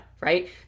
right